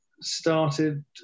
started